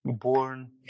born